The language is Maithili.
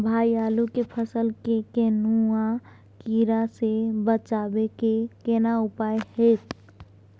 भाई आलू के फसल के कौनुआ कीरा से बचाबै के केना उपाय हैयत?